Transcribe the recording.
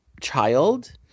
child